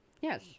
Yes